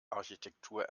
architektur